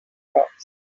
rocks